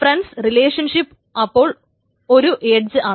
friends relationship അപ്പോൾ ഒരു edge ആണ്